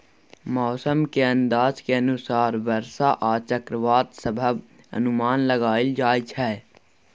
मौसम के अंदाज के अनुसार बरसा आ चक्रवात सभक अनुमान लगाइल जाइ छै